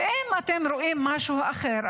ואם אתם רואים משהו אחר,